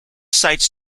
sights